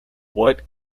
what